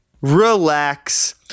relax